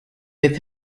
with